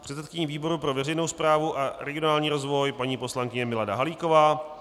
předsedkyní výboru pro veřejnou správu a regionální rozvoj paní poslankyně Milada Halíková,